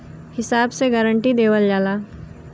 हिसाब से गारंटी देवल जाला